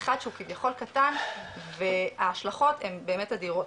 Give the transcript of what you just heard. אחד שהוא כביכול קטן וההשלכות הן באמת אדירות.